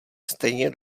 stejně